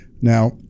Now